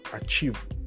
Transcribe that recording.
achieve